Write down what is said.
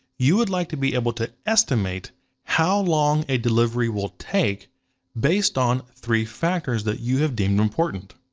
you would like to be able to estimate how long a delivery will take based on three factors that you have deemed important.